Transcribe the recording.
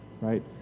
right